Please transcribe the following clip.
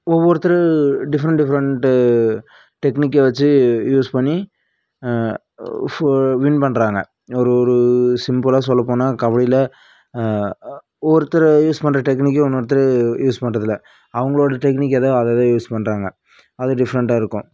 ஒவ்வொருத்தர் different different டெக்னிக்கை வெச்சி யூஸ் பண்ணி ஃபு வின் பண்ணுறாங்க ஒரு ஒரு சிம்பிளாக சொல்லப்போனால் கபடியில் ஒருத்தர் யூஸ் பண்ணுற டெக்னிக்கை இன்னொருத்தர் யூஸ் பண்ணுறது இல்லை அவங்களோடய டெக்னிக் எதோ அதைதான் தான் யூஸ் பண்ணுறாங்க அது டிஃப்ரண்ட்டாக இருக்கும்